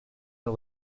and